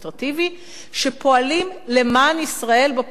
שפועלים למען ישראל בפרלמנט האירופי,